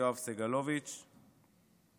ויואב סגלוביץ';